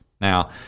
Now